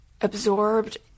absorbed